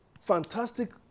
fantastic